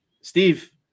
Steve